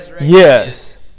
yes